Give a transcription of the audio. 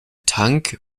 tank